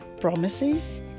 promises